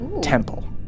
temple